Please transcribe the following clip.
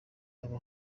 abo